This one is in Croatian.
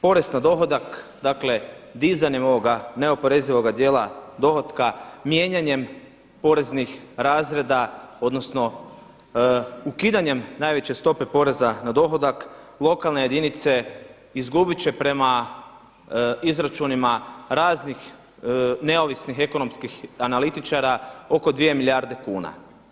Porez na dohodak dizanjem ovog neoporezivoga dijela dohotka mijenjanjem poreznih razreda odnosno ukidanjem najveće stope poreza na dohodak lokalne jedinice izgubit će prema izračunima raznih neovisnih ekonomskih analitičara oko dvije milijarde kune.